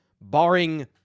barring